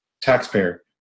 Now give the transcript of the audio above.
taxpayer